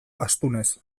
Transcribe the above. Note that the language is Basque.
astunez